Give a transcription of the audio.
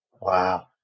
Wow